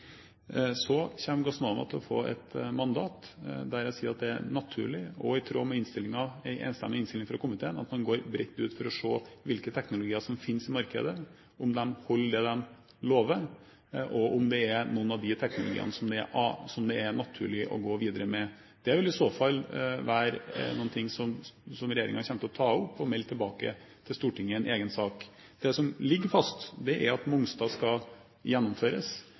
Så kommer Gassnova til å få et mandat der jeg sier at det er naturlig, og det er i tråd med en enstemmig innstilling fra komiteen, at man går bredt ut for å se hvilke teknologier som finnes i markedet, om de holder det de lover, og om det er noen av de teknologiene som det er naturlig å gå videre med. Det vil i så fall være noe som regjeringen kommer til å ta opp og melde tilbake til Stortinget i en egen sak. Det som ligger fast, er at Mongstad skal gjennomføres,